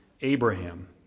Abraham